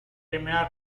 primera